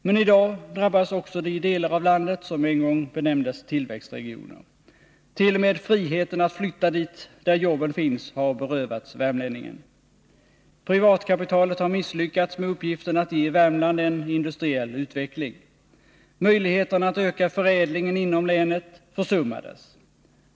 Men i dag drabbas också de delar av landet som en gång benämndes tillväxtregioner. T. o. m. friheten att flytta dit jobben finns har berövats värmlänningen. Privatkapitalet har misslyckats med uppgiften att ge Värmland en industriell utveckling. Möjligheten att öka förädlingen inom länet försummades.